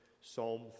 Psalm